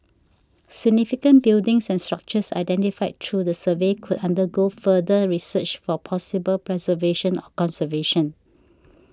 significant buildings and structures identified through the survey could undergo further research for possible preservation or conservation